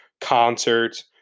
concerts